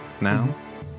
now